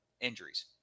injuries